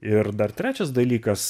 ir dar trečias dalykas